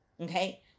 Okay